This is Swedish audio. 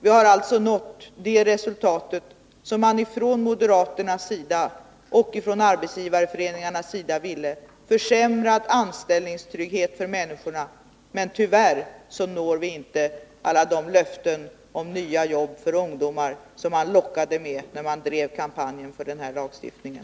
Vi har alltså nått det resultat som man ifrån moderaternas och arbetsgivarföreningarnas sida ville uppnå: försämrad anställningstrygghet för människorna. Men tyvärr infrias inte alla de löften om nya jobb för ungdomar som man lockade med när man drev kampanjen för den här lagstiftningen.